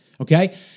okay